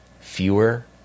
fewer